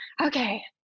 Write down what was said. okay